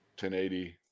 1080